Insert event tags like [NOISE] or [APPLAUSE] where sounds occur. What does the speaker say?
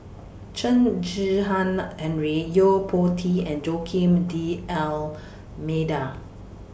Chen [UNINTELLIGIBLE] Henri Yo Po Tee and Joaquim D'almeida